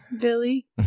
Billy